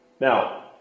Now